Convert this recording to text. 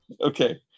Okay